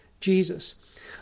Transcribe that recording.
Jesus